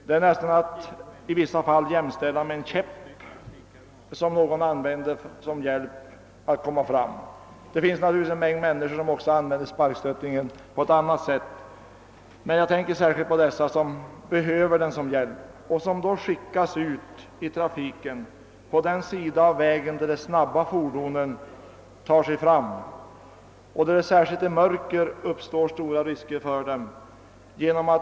Sparkstöttingen kan i så fall nästan jämställas med en käpp, som någon använder för att kunna ta sig fram. Det finns naturligtvis en mängd personer som använder sparkstöttingen på annat sätt, men jag tänker särskilt på dem som behöver den som hjälp och som skickas ut i trafiken på den sida av vägen, där de snabba fordonen tar sig fram och där det särskilt i mörker kan uppstå stora risker för dem.